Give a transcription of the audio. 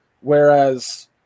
whereas